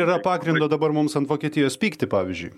yra pagrindo dabar mums ant vokietijos pykti pavyzdžiui